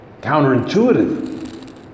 Counterintuitive